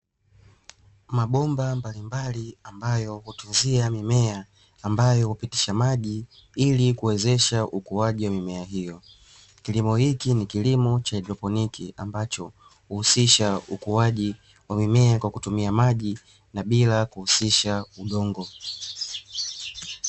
Mabomba mbalimbali ambayo hutunzia mimea ambayo hupitisha maji ili kuwezesha ukuaji wa mimea hiyo. Kilimo hiki ni kilimo cha haidroponi ambacho uhusisha ukuaji wa mimea kwa kutumia maji na bila kuhusisha udongo.